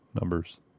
numbers